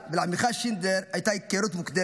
ולעמיחי שינדלר הייתה היכרות מוקדמת,